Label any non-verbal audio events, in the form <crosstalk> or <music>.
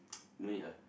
<noise> no need ah